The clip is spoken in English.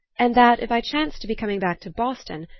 and that, if i chanced to be coming back to boston,